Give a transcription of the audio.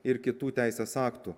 ir kitų teisės aktų